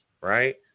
right